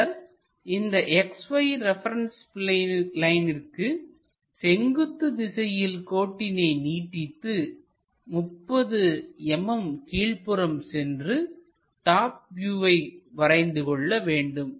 பின்னர் இந்த XY reference லைனிற்கு செங்குத்து திசையில் கோட்டினை நீட்டித்து 30 mm கீழ்ப்புறம் சென்று டாப் வியூவை வரைந்து கொள்ள வேண்டும்